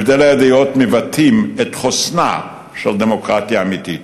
הבדלי הדעות מבטאים את חוסנה של דמוקרטיה אמיתית.